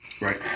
Right